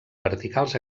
verticals